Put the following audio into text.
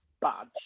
badge